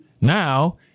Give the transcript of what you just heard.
Now